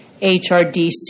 HRDC